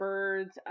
birds